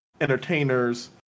entertainers